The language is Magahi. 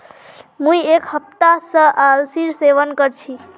मुई एक हफ्ता स अलसीर सेवन कर छि